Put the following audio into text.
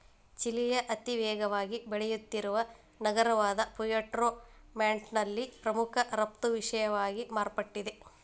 ಚಿಲಿಯ ಅತಿವೇಗವಾಗಿ ಬೆಳೆಯುತ್ತಿರುವ ನಗರವಾದಪುಯೆರ್ಟೊ ಮಾಂಟ್ನಲ್ಲಿ ಪ್ರಮುಖ ರಫ್ತು ವಿಷಯವಾಗಿ ಮಾರ್ಪಟ್ಟಿದೆ